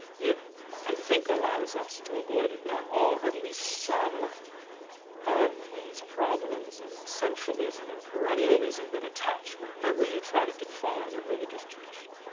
it i think allows us to avoid, if not all, at least some of these problems of essentialism, and perennialism that attach whenever you try to define a religious tradition.